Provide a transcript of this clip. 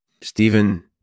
Stephen